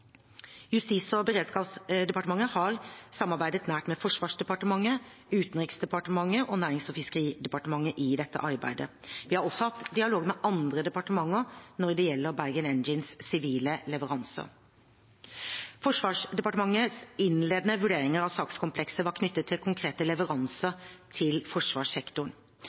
Justis- og beredskapsdepartementet har samarbeidet nært med Forsvarsdepartementet, Utenriksdepartementet og Nærings- og fiskeridepartementet i dette arbeidet. Vi har også hatt dialog med andre departementer når det gjelder Bergen Engines’ sivile leveranser. Forsvarsdepartementets innledende vurderinger av sakskomplekset var knyttet til konkrete leveranser til forsvarssektoren.